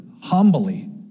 humbly